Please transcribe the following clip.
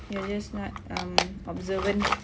you're not um observant